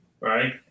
right